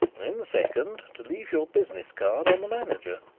and in the second to leave your business card on the manager.